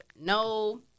no